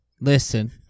listen